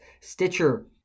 Stitcher